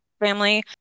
family